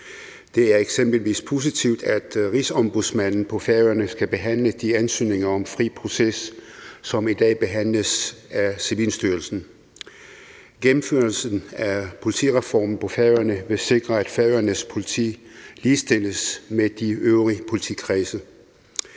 Det er eksempelvis positivt, at rigsombudsmanden på Færøerne skal behandle de ansøgninger om fri proces, som i dag behandles af Civilstyrelsen. Gennemførelsen af politireformen på Færøerne vil sikre, at Færøernes Politi ligestilles med de øvrige politikredse.